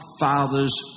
father's